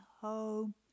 home